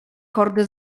hordy